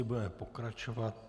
Budeme pokračovat.